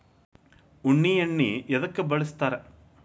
ಉಣ್ಣಿ ಎಣ್ಣಿ ಎದ್ಕ ಬಳಸ್ತಾರ್?